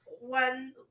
one